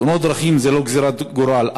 תאונות דרכים הן לא גזירת גורל,